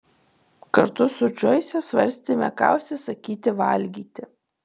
kartu su džoise svarstėme ką užsisakyti valgyti